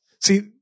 See